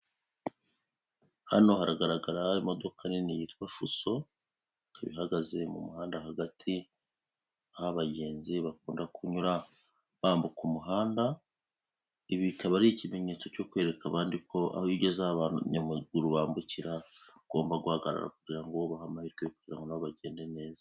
Hano haragaragara imodoka nini yitwa fuso ikaba ihagaze mu muhanda hagati aho abagenzi bakunda kunyura bambuka umuhanda, ibi bikaba ari ikimenyetso cyo kwereka abandi ko iyo ugeze aho abantu bambukira ugomba guhagarara kugira ngo ubahe amahirwe yo kugira ngo nabo bagende neza.